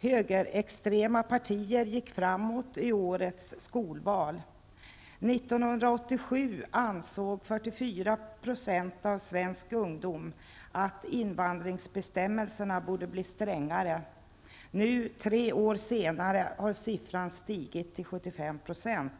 Högerextrema partier gick framåt i årets skolval. 1987 ansåg 44 % av svensk ungdom att invandringsbestämmelserna borde bli strängare. Nu, tre år senare, har siffran stigit till 75 %.